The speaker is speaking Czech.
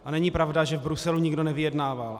A není pravda, že v Bruselu nikdo nevyjednával.